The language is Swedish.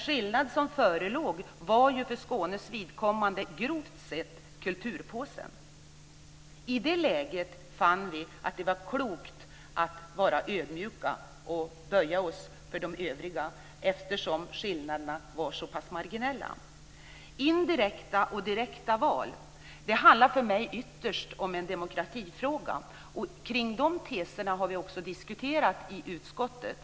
Skillnaden för Skånes vidkommande var grovt sett "kulturpåsen". Vi fann att det i det läget var klokt att vara ödmjuka och böja oss för de övriga, eftersom skillnaderna var så marginella. Spörsmålet om indirekta eller direkta val är för mig ytterst en demokratifråga, och det är från den utgångspunkten som vi har diskuterat i utskottet.